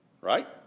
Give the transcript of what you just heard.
right